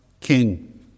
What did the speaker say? king